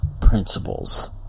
principles